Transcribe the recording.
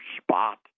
spot